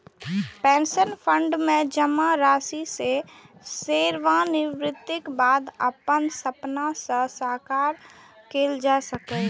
pension fund मे जमा राशि सं सेवानिवृत्तिक बाद अपन सपना कें साकार कैल जा सकैए